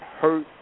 hurt